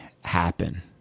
happen